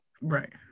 Right